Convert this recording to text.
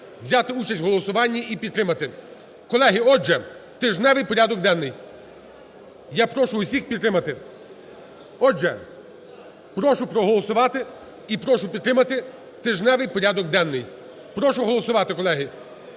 взяти участь в голосуванні і підтримати. Колеги, отже, тижневий порядок денний, я прошу усіх підтримати. Отже, прошу проголосувати і прошу підтримати тижневий порядок денний. Прошу голосувати, колеги,